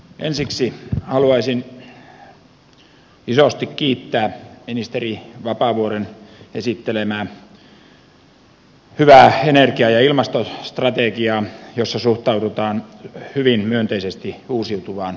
ensiksi haluaisin isosti kiittää ministeri vapaavuoren esittelemää hyvää energia ja ilmastostrategiaa jossa suhtaudutaan hyvin myönteisesti uusiutuvaan bioenergiaan